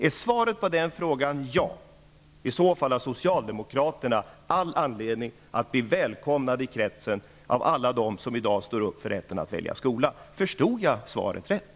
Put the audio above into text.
Är svaret på den frågan ja, har Socialdemokraterna all anledning att bli välkomnade i kretsen av alla dem som i dag står upp för rätten att välja skola. Förstod jag svaret rätt?